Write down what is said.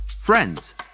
Friends